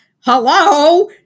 hello